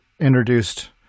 introduced